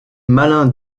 malin